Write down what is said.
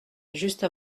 juste